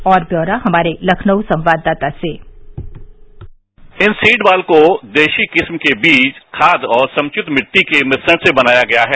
और ब्यौरा हमारे लखनऊ संवाददाता से इन सीड बॉल को देसी किस्म के बीज खाद और सांक्षिप्त मिट्टी के मिश्रण से बनाया गया है